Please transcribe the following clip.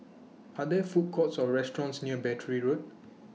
Are There Food Courts Or restaurants near Battery Road